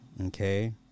okay